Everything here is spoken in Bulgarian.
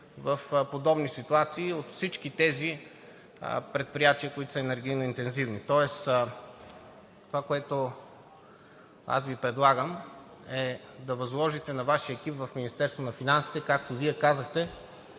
в подобни ситуации от всички тези предприятия, които са енергийно интензивни. Тоест това, което аз Ви предлагам, е да възложите на Вашия екип в Министерството